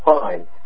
fine